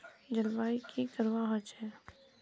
जलवायु की करवा होचे?